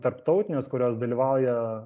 tarptautinės kurios dalyvauja